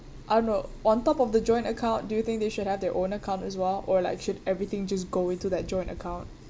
I don't know on top of the joint account do you think they should have their own account as well or like should everything just go into that joint account